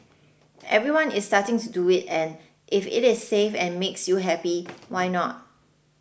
everyone is starting to do it and if it is safe and makes you happy why not